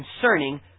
concerning